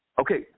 Okay